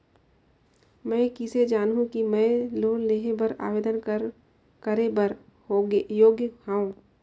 मैं किसे जानहूं कि मैं लोन लेहे बर आवेदन करे बर योग्य हंव?